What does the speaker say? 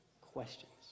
questions